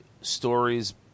stories